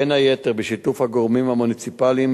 בין היתר בשיתוף הגורמים המוניציפליים,